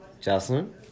Jocelyn